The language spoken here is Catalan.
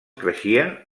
creixia